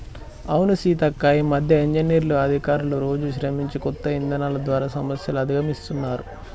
అవును సీతక్క ఈ మధ్య ఇంజనీర్లు అధికారులు రోజు శ్రమించి కొత్త ఇధానాలు ద్వారా సమస్యలు అధిగమిస్తున్నారు